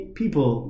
people